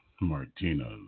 Martina